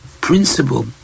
principle